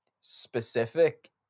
specific